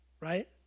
Right